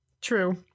True